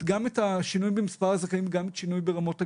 השינויים במספר הזכאים וגם את השינוי ברמות הגמלה.